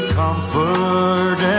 comfort